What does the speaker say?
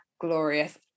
glorious